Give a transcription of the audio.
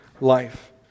life